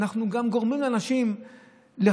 אבל אנחנו גם גורמים לאנשים לחטוא